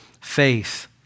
faith